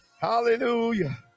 Hallelujah